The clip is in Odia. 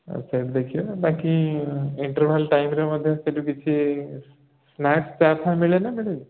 ଆଚ୍ଛା ଦେଖିବା ବାକି ଇଣ୍ଟରଭାଲ୍ ଟାଇମ୍ରେ ମଧ୍ୟ ସେଇଠୁ କିଛି ସ୍ନାକ୍ସ୍ ଚାହା ଫାହା ମିଳେନା ମିଳେନି